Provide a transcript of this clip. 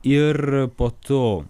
ir po to